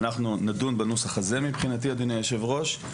אנחנו נדון בנוסח הזה מבחינתי, אדוני היושב-ראש.